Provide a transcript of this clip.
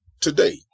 today